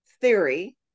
theory